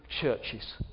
churches